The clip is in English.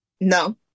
No